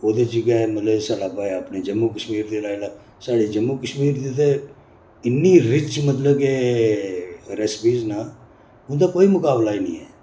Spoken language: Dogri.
ओह्दे च गै मतलब स्हाड़ा भाएं अपने जम्मू कश्मीर दे लाई लैओ स्हाड़े जम्मू कश्मीर च ते इन्नी रिच मतलब के रैसिपीज़ न उंदा कोई मुकाबला गै नी ऐ